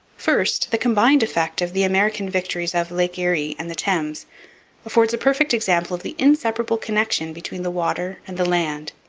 first, the combined effect of the american victories of lake erie and the thames affords a perfect example of the inseparable connection between the water and the land.